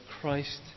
Christ